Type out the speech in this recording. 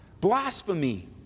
Blasphemy